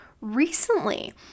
recently